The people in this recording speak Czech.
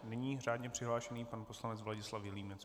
Nyní řádně přihlášený pan poslanec Vladislav Vilímec.